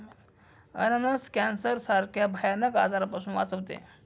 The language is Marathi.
अननस कॅन्सर सारख्या भयानक आजारापासून वाचवते